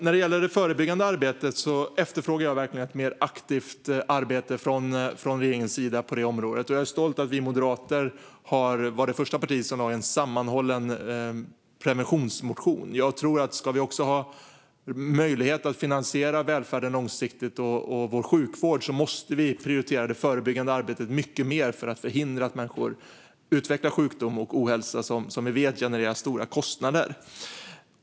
När det gäller det förebyggande arbetet efterfrågar jag verkligen ett mer aktivt arbete från regeringen. Jag är stolt över att Moderaterna var det första parti som väckte en sammanhållen preventionsmotion. Om vi ska ha möjlighet att finansiera välfärden och vår sjukvård långsiktigt måste vi prioritera det förebyggande arbetet mycket mer för att förhindra att människor utvecklar sjukdom och ohälsa, som vi vet genererar stora kostnader.